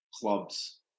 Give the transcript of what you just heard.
clubs